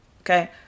okay